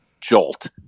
jolt